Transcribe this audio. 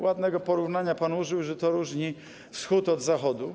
Ładnego porównania pan użył, że to różni Wschód od Zachodu.